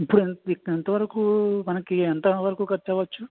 ఇప్పుడు ఎం ఇ ఎంతవరకు మనకి ఎంత వరకు ఖర్చు అవ్వచ్చు